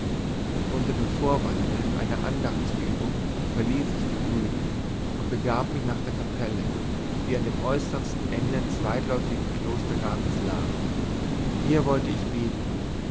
unter dem vorwande einer andachtsübung verließ ich die brüder und begab mich nach der kapelle die an dem äußersten ende des weitläuftigen klostergartens lag hier wollte ich beten